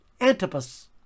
Antipas